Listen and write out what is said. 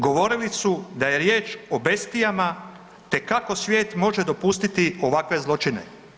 Govorili su da je riječ o bestijama te kako svijet može dopustiti ovakve zločine.